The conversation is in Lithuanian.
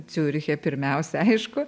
ciuriche pirmiausia aišku